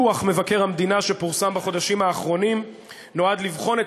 דוח מבקר המדינה שפורסם בחודשים האחרונים נועד לבחון את